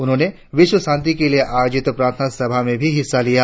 उन्होंने विश्वशांति के लिए आयोजित प्रार्थना सभा में भी हिस्सा लिया